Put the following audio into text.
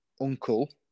uncle